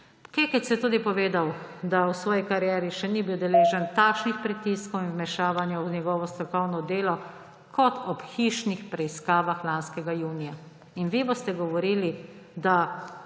Kekec je tudi povedal, da v svoji karieri še ni bil deležen takšnih pritiskov in vmešavanja v njegovo strokovno delo kot ob hišnih preiskavah lanskega junija. In vi boste govorili, da